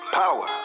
power